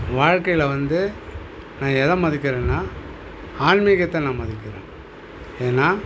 வாழ்க்கையில் வந்து நான் எதை மதிக்கிறேன்னா ஆன்மீகத்தை நான் மதிக்கிறேன் ஏன்னா